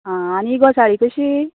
आं आनी ही घोसाळी कशी